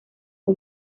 que